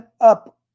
up